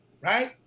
right